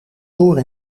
door